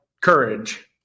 courage